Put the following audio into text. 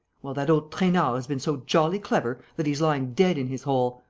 well, that old trainard has been so jolly clever that he's lying dead in his hole.